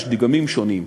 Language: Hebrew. יש דגמים שונים,